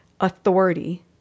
authority